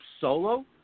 Solo